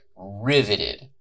riveted